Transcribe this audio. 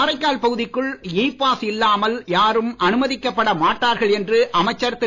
காரைக்கால் பகுதிக்குள் e pass இல்லாமல் யாரும் அனுமதிக்கப்பட மாட்டார்கள் என்று அமைச்சர் திரு